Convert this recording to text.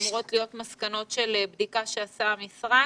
אמורות להיות מסקנות בדיקה שעשה המשרד.